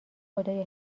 خدایا